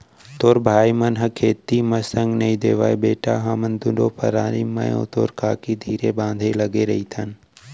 तोर भाई मन ह खेती म संग नइ देवयँ बेटा हमन दुनों परानी मैं अउ तोर काकी धीरे बांधे लगे रइथन